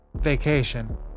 Vacation